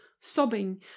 sobbing